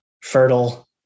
fertile